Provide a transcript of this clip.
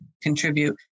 contribute